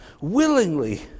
willingly